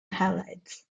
halides